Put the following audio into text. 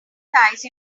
nice